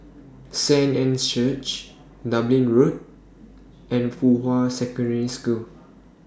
Saint Anne's Church Dublin Road and Fuhua Secondary School